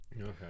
Okay